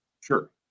Sure